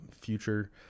future